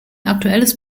aktuelles